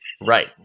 Right